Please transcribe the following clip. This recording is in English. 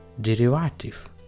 derivative